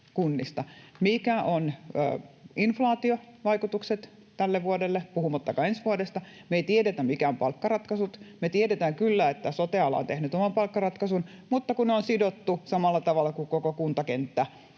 mitkä ovat inflaatiovaikutukset tälle vuodelle, puhumattakaan ensi vuodesta. Me ei tiedetä, mitkä ovat palkkaratkaisut. Me tiedetään kyllä, että sote-ala on tehnyt oman palkkaratkaisun, mutta kun se on sidottu samalla tavalla kuin koko kuntakenttä